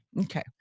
Okay